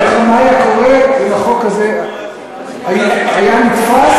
תאר לך מה היה קורה אם החוק הזה היה נתפס.